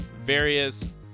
various